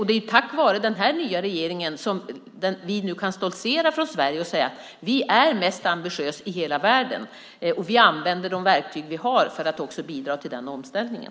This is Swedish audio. Det är tack vare den här nya regeringen som vi nu kan stoltsera i Sverige och säga: Vi är mest ambitiösa i hela världen, och vi använder de verktyg vi har för att också bidra till omställningen.